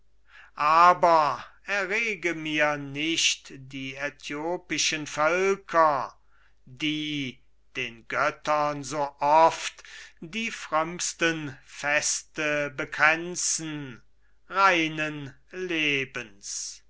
aber errege mir nicht die äthiopischen völker die den göttern so oft die frömmsten feste bekränzen reines lebens